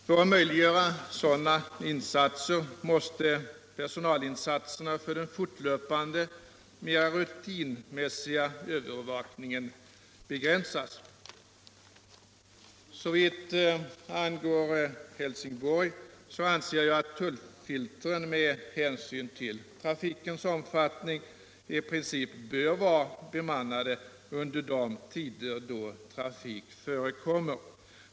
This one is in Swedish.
För att möjliggöra sådana insatser måste personalinsatserna för den fortlöpande, mera rutinmässiga övervakningen begränsas. Såvitt angår Helsingborg anser jag att tullfiltren med hänsyn till trafikens omfattning i princip bör vara bemannade under de tider då trafik förekommer.